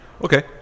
Okay